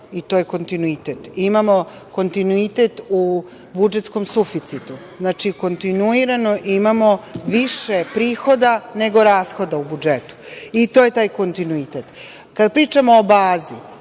i to je kontinuitet. Imamo kontinuitet u budžetskom suficitu. Znači, kontinuirano imamo više prihoda nego rashoda u budžetu. I to je taj kontinuitet. Kada pričamo o bazi,